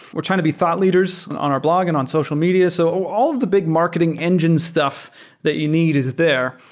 we're trying to be thought leaders on our blog and on social media. so all the big marketing engine stuff that you need is there.